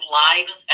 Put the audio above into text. lives